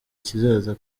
kizaza